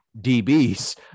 DBs